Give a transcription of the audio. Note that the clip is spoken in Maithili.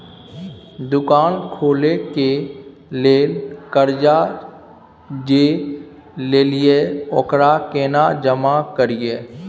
दुकान खोले के लेल कर्जा जे ललिए ओकरा केना जमा करिए?